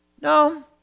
no